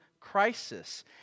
crisis